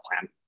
plan